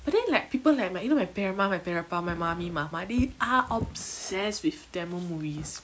but then like people like my you know my பெரியம்மா:periyamma and பெரியப்பா:periyappa my mummy மாமா:mama they are obssessed with tamil movies